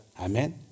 Amen